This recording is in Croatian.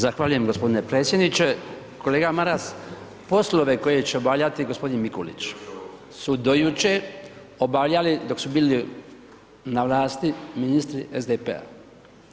Zahvaljujem gospodine predsjedniče, kolega Maras poslove koje će obavljati gospodin Mikulić su do jučer obavljali dok su bili na vlasti ministri SDP-a.